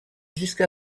jusqu’à